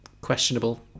questionable